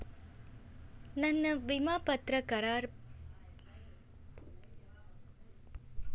ನನ್ನ ವಿಮಾ ಕರಾರ ಪತ್ರಾ ಹೆಂಗ್ ನವೇಕರಿಸಬೇಕು?